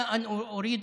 אני רוצה